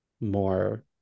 more